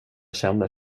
känner